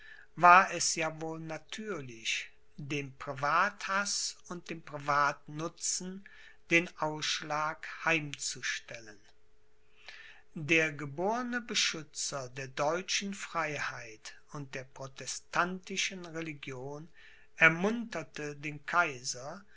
war es ja wohl natürlich dem privathaß und dem privatnutzen den ausschlag heimzustellen der geborne beschützer der deutschen freiheit und der protestantischen religion ermunterte den kaiser